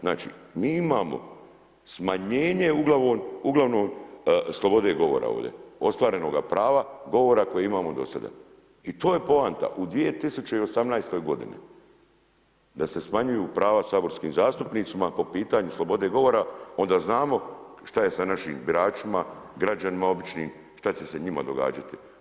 Znači mi imamo smanjenje uglavnom slobode govora ovdje, ostvarenoga prava govora koje imamo do sada i to je poanta u 2018. godini da se smanjuju prava saborskim zastupnicima po pitanju slobode govora, onda znamo šta je sa našim biračima, građanima običnim, šta će se njima događati.